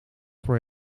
voor